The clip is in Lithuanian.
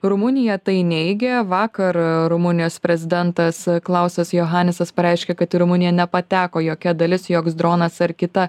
rumunija tai neigia vakar rumunijos prezidentas klausas johanesas pareiškė kad į rumuniją nepateko jokia dalis joks dronas ar kita